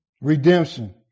Redemption